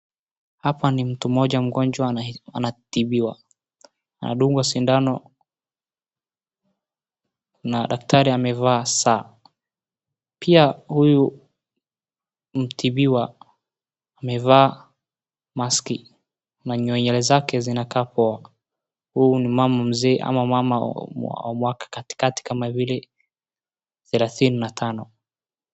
Hapa ni mtu mmoja mgonjwa anatibiwa, anadungwa sindano na daktari amevaa saa. Pia huyu mtibiwa amevaa maski na nywele zake zinakaa poa. Huyu ni mama mzee ama mama wa mwaka katikati kama vile thelathini na tano.